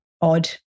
odd